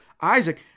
Isaac